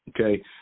Okay